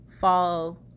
fall